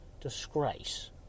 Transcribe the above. disgrace